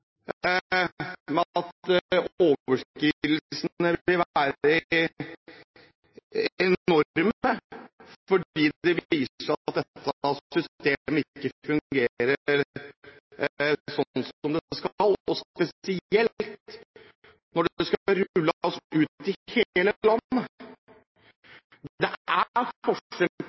at overskridelsene vil være enorme fordi det viser seg at dette systemet ikke fungerer som det skal – spesielt når det skal rulles ut i hele landet. Det er